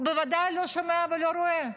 הוא בוודאי לא שומע ולא רואה.